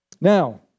Now